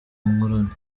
ngorane